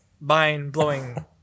mind-blowing